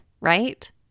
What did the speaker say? right